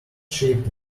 shape